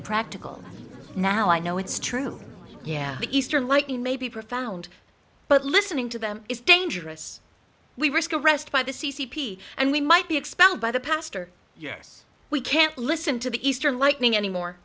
and practical now i know it's true yeah easter like it may be profound but listening to them is dangerous we risk arrest by the c c p and we might be expelled by the pastor yes we can't listen to the easter lightning anymore